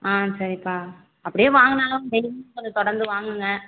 ஆ சரிப்பா அப்படியே வாங்கினாலும் டெய்லியும் கொஞ்சம் தொடர்ந்து வாங்குங்க